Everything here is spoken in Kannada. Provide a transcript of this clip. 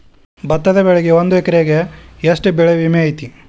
ಭತ್ತದ ಬೆಳಿಗೆ ಒಂದು ಎಕರೆಗೆ ಎಷ್ಟ ಬೆಳೆ ವಿಮೆ ಐತಿ?